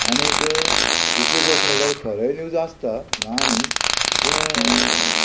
आनीक दुसरी गोश्ट म्हणल्यार खरेय न्यूज आसता ना न्ही पूण